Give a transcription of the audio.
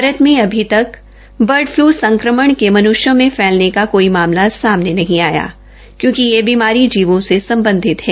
भारत में अभी तक ऐवियन इंनफंलूजा संक्रमण के मन्ष्यों में फैलना का कोई मामला सामने नहीं आया क्योंकि यह जीवों से सम्बधित है